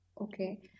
Okay